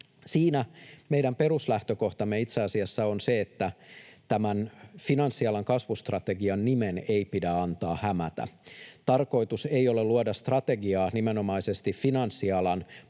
Siinä meidän peruslähtökohtamme itse asiassa on se, että tämän finanssialan kasvustrategian nimen ei pidä antaa hämätä. Tarkoitus ei ole luoda strategiaa nimenomaisesti finanssialan